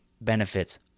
benefits